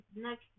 next